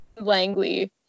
Langley